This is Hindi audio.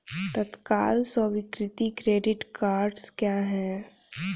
तत्काल स्वीकृति क्रेडिट कार्डस क्या हैं?